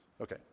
Okay